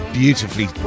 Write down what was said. beautifully